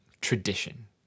tradition